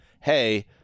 Hey